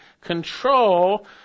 control